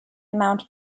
mount